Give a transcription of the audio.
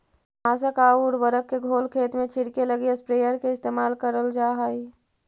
कीटनाशक आउ उर्वरक के घोल खेत में छिड़ऽके लगी स्प्रेयर के इस्तेमाल करल जा हई